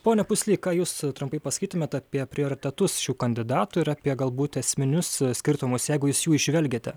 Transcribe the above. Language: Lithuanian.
pone pusly ką jūs trumpai pasakytumėt apie prioritetus šių kandidatų ir apie galbūt esminius skirtumus jeigu jūs jų įžvelgiate